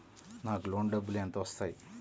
నాకు లోన్ డబ్బులు ఎంత వస్తాయి?